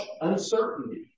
uncertainty